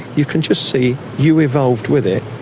you can just see you evolved with it,